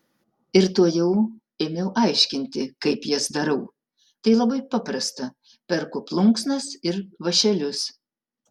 ir tuojau ėmiau aiškinti kaip jas darau tai labai paprasta perku plunksnas ir vąšelius